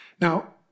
Now